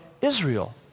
Israel